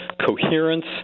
coherence